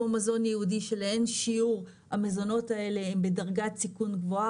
כמו מזון ייעודי שלאין שיעור המזונות האלה הם בדרגת סיכון גבוהה